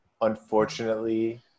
unfortunately